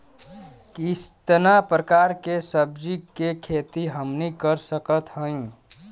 कितना प्रकार के सब्जी के खेती हमनी कर सकत हई?